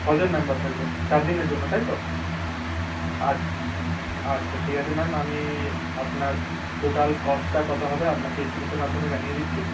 ছজন মেম্বার থাকবে চার দিনের জন্য তাই তো আ আচ্ছা ঠিক আছে ম্যাম আমি আপনার টোটাল কস্টটা কতো হবে আপনাকে এসএমএসের মাধ্যমে জানিয়ে দিচ্ছি